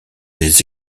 les